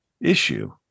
issue